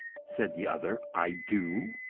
said the other, i do.